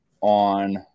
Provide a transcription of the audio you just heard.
on